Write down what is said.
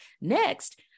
Next